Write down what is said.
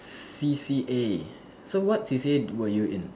C_C_A so what C_C_A were you in